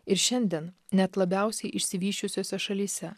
ir šiandien net labiausiai išsivysčiusiose šalyse